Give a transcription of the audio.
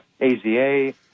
Aza